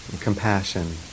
compassion